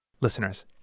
Listeners